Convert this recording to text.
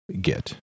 get